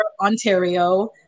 Ontario